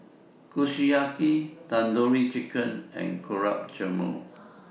Kushiyaki Tandoori Chicken and Gulab Jamun